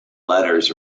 letters